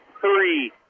three